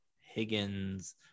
Higgins